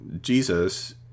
Jesus